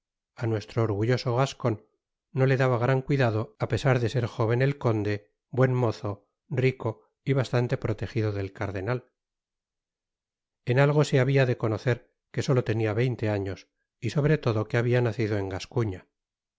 á nuestro orgulloso gascon no le daba gran cuidado á pesar de ser jóven el conde buen mozo rico y bastante protegido del cardenal en algo se habia de conocer que solo tenia veinte años y sobre todo que habia nacido en gascuña